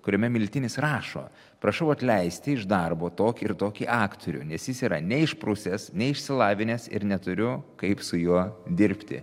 kuriame miltinis rašo prašau atleisti iš darbo tokį ir tokį aktorių nes jis yra neišprusęs neišsilavinęs ir neturiu kaip su juo dirbti